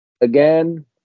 again